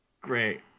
Great